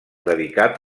dedicat